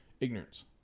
ignorance